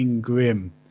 grim